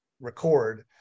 record